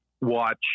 watch